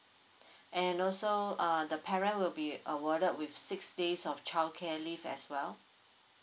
and also uh the parent will be awarded with six days of childcare leave as well